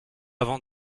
avant